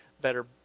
better